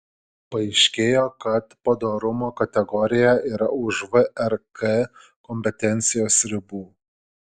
paaiškėjo kad padorumo kategorija yra už vrk kompetencijos ribų